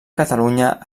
catalunya